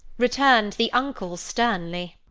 returned the uncle sternly,